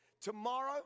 Tomorrow